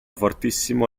fortissimo